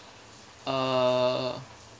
uh